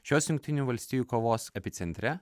šios jungtinių valstijų kovos epicentre